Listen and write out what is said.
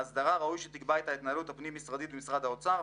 ההסדרה ראוי שתקבע את ההתנהלות הפנים-משרדית במשרד האוצר,